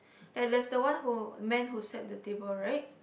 and there's the one who man who sat at the table right